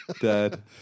Dad